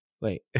Wait